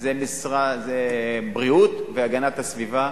זה משרד הבריאות והגנת הסביבה,